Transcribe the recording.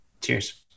Cheers